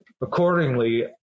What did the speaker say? Accordingly